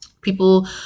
people